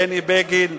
בני בגין,